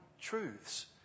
truths